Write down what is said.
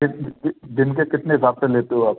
एक दिन के कितने हिसाब से लेते हो आप